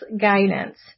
guidance